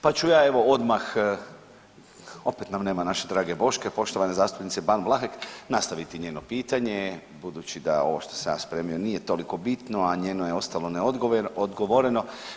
Pa ću ja evo odmah, evo opet nam nema naše drage Boške, poštovane zastupnice Ban Vlahek nastaviti njeno pitanje, budući da ovo što sam ja spremio nije toliko bitno, a njeno je ostalo neodgovoreno.